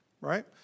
right